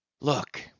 Look